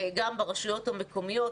גם ברשויות המקומיות,